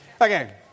Okay